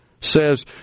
says